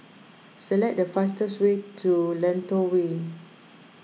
select the fastest way to Lentor Way